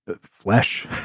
flesh